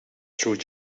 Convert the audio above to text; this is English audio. through